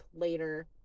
later